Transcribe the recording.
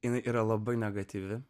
jinai yra labai negatyvi